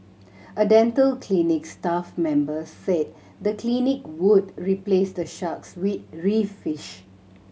a dental clinic staff member said the clinic would replace the sharks with reef fish